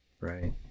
right